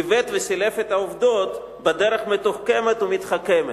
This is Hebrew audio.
עיוות וסילף את העובדות בדרך מתוחכמת ומתחכמת".